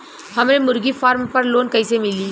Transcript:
हमरे मुर्गी फार्म पर लोन कइसे मिली?